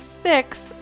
six